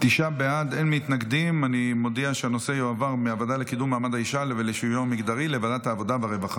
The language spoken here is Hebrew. העלאת סכום מענק ההסתגלות ושינוי מועד תשלומו),